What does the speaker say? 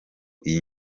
iyi